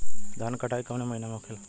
धान क कटाई कवने महीना में होखेला?